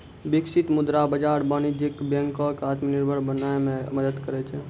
बिकसित मुद्रा बाजार वाणिज्यक बैंको क आत्मनिर्भर बनाय म मदद करै छै